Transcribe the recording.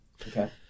okay